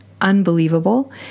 unbelievable